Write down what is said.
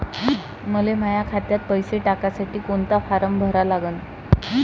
मले माह्या खात्यात पैसे टाकासाठी कोंता फारम भरा लागन?